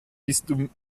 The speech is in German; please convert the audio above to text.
bistum